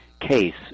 case